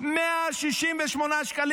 168 שקלים?